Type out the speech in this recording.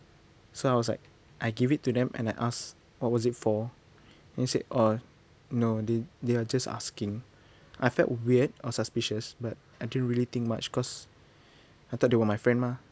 so I was like I give it to them and I ask what was it for and he said oh no they they are just asking I felt weird or suspicious but I didn't really think much cause I thought they were my friend mah